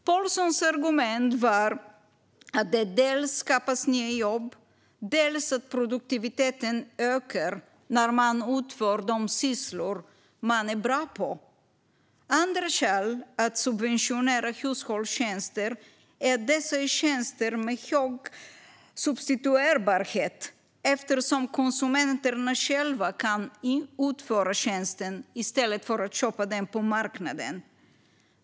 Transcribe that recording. Pålssons argument var dels att det skapas nya jobb, dels att produktiviteten ökar när man utför de sysslor man är bra på. Ett annat skäl att subventionera hushållstjänster är att det är tjänster med hög substituerbarhet, eftersom konsumenterna själva kan utföra tjänsten i stället för att köpa den på marknaden.